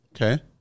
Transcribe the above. okay